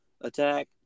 attack